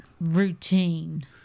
routine